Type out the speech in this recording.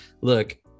look